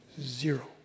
Zero